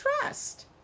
trust